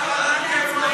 התשע"ז 2017,